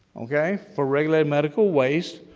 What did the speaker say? okay, for regulated medical waste,